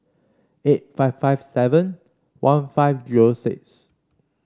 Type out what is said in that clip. eight five five seven one five zero six